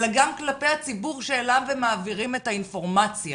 אלא גם כלפי הציבור שאליו הם מעבירים את האינפורמציה.